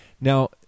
Now